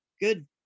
Good